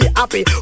happy